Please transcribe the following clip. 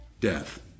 death